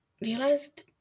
realized